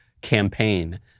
campaign